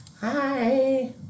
Hi